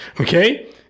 okay